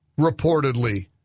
reportedly